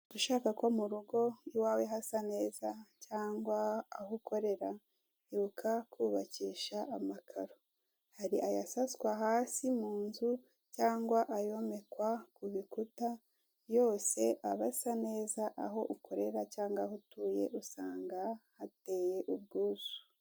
Ushaka ko mu rugo iwawe hasa neza cyangwa aho ukorera, ibuka kubakisha amakaro hari ay'asaswa hasi mu nzu cyangwa ayomekwa ku bikuta, yose aba asa neza aho ukorera cyangwa aho utuye usanga hateye ubwuzu.